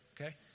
okay